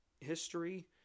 history